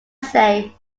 say